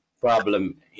problem